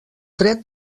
dret